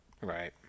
Right